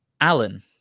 Alan